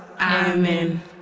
Amen